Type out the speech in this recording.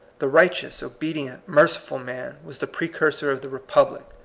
the right eous, obedient, merciful man was the pre cursor of the republic,